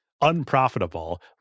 unprofitable